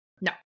No